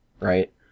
right